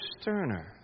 sterner